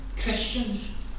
Christians